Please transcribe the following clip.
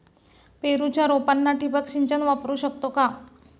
पेरूच्या रोपांना ठिबक सिंचन वापरू शकतो का?